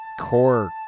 core